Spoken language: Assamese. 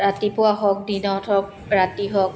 ৰাতিপুৱা হওক দিনত হওক ৰাতি হওক